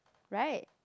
right